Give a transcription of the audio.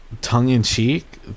tongue-in-cheek